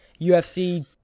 UFC